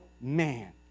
man